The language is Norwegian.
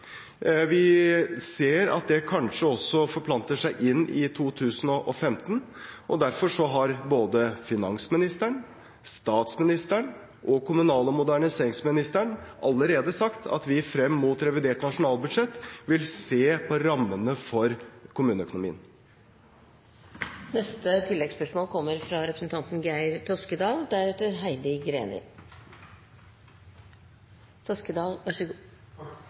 vi ser at det kanskje også forplanter seg inn i 2015. Derfor har både finansministeren, statsministeren og kommunal- og moderniseringsministeren allerede sagt at vi frem mot revidert nasjonalbudsjett vil se på rammene for kommuneøkonomien.